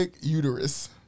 uterus